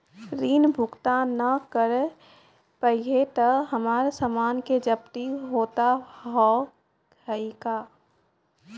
ऋण भुगतान ना करऽ पहिए तह हमर समान के जब्ती होता हाव हई का?